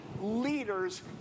leaders